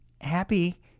happy